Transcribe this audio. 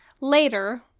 later